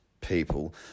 people